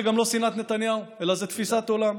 זה גם לא שנאת נתניהו אלא זאת תפיסת עולם.